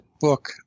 book